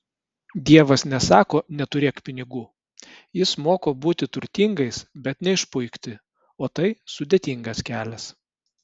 dievas nesako neturėk pinigų jis moko būti turtingais bet neišpuikti o tai sudėtingas kelias